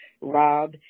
rob